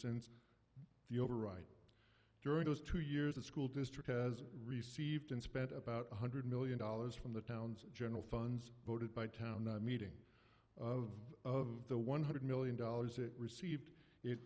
since the overwrite during those two years a school district has received and spent about one hundred million dollars from the town's general funds voted by town meeting of of the one hundred million dollars it received it